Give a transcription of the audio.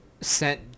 sent